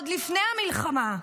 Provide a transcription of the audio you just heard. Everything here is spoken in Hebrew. עוד לפני המלחמה,